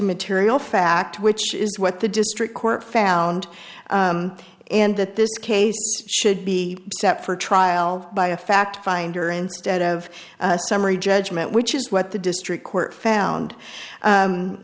material fact which is what the district court found and that this case should be set for trial by a fact finder instead of summary judgment which is what the district court found